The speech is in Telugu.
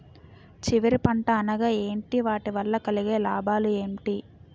చివరి పంట అనగా ఏంటి వాటి వల్ల కలిగే లాభాలు ఏంటి